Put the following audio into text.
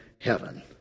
heaven